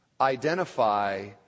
identify